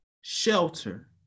shelter